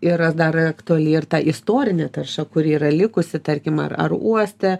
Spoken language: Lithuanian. yra dar aktuali ir ta istorinė tarša kuri yra likusi tarkim ar ar uoste